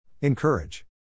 Encourage